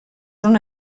una